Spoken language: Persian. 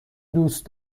دوست